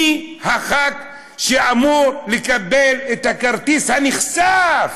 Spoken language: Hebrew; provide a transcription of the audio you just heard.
מי הח"כ שאמור לקבל את הכרטיס הנכסף